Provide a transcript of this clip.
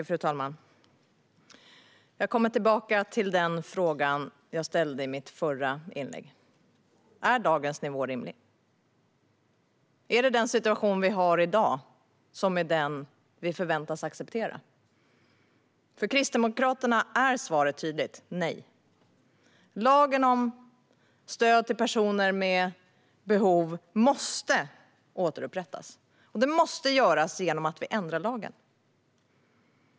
Fru talman! Jag kommer tillbaka till den fråga jag ställde i mitt förra inlägg: Är dagens nivå rimlig? Är det den situation vi har i dag som är den vi förväntas acceptera? För Kristdemokraterna är svaret tydligt: Nej. Lagen om stöd till personer med behov måste återupprättas, och det måste göras genom att vi ändrar lagen.